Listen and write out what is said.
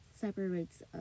separates